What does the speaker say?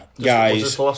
guys